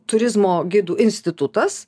turizmo gidų institutas